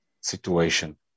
situation